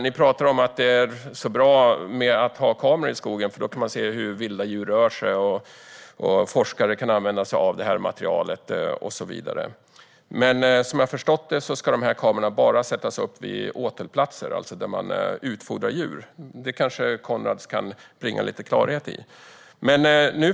Ni pratar om att det är så bra med kameror i skogen - då kan man se hur vilda djur rör sig, och forskare kan använda sig av materialet och så vidare. Men som jag förstått det ska kamerorna bara sättas upp vid åtelplatser, det vill säga där man utfodrar djur. Det kanske Coenraads kan bringa lite klarhet i.